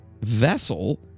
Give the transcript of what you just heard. vessel